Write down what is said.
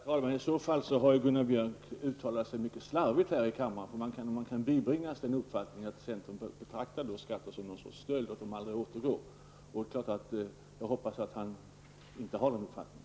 Fru talman! I så fall har Gunnar Björk uttalat sig mycket slarvigt här i kammaren. Man kan bibringas uppfattningen att centern betraktar skatter som något slags stöld när det sägs att pengarna aldrig återgår. Jag hoppas att han inte har den uppfattningen.